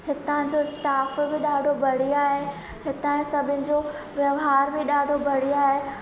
हितां जो स्टाफ बि ॾाढो बढ़िया आहे हितां सभिनि जो वहिंवार बि ॾाढो बढ़िया आहे